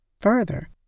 Further